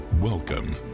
Welcome